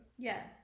Yes